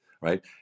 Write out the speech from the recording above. right